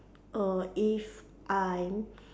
err if I'm